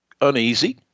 uneasy